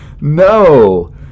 no